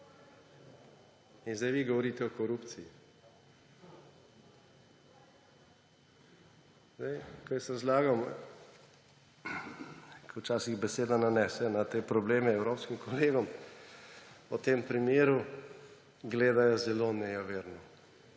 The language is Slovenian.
In zdaj vi govorite o korupciji? Ko jaz razlagam, ko včasih beseda nanese na te probleme, evropskim kolegom o tem primeru, gledajo zelo nejeverno.